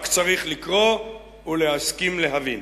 רק צריך לקרוא ולהסכים להבין.